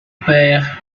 père